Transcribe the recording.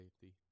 safety